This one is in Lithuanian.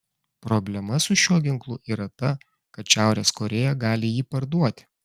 problema su šiuo ginklu yra ta kad šiaurės korėja gali jį parduoti